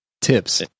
Tips